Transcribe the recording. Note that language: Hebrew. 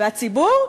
והציבור?